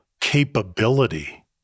capability